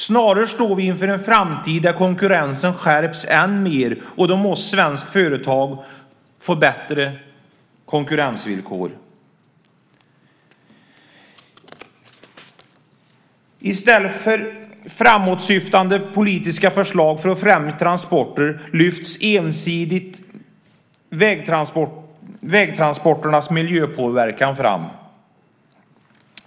Snarare står vi inför en framtid där konkurrensen skärps än mer, och då måste svenska företag få bättre konkurrensvillkor. I stället för framåtsyftande politiska förslag för att främja transporter lyfts ensidigt vägtransporternas miljöpåverkan fram.